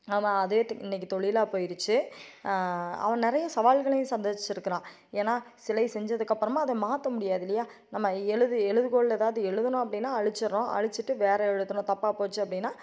அவன் அதுக்கு இன்றைக்கு தொழிலாக போயிருச்சு அவன் நிறைய சவால்களையும் சந்திச்சுருக்குறான் ஏனால் சிலை செஞ்சதுக்கப்புறமா அதை மாற்ற முடியாது இல்லையா நம்ம எழுது எழுது கோலில் ஏதாவது எழுதுனோம் அப்படின்னா அழிச்சிர்றோம் அழிச்சிட்டு வேறு எழுதுகிறோம் தப்பா போச்சு அப்படின்னா